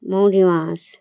মরোলা মাছ